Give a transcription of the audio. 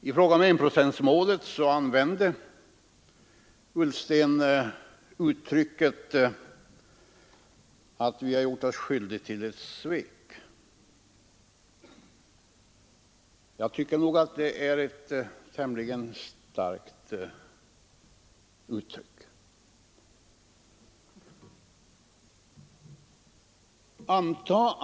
I fråga om enprocentsmålet använde herr Ullsten uttrycket att vi gjort oss skyldiga till ett svek. Jag tycker nog att detta uttryck är tämligen starkt.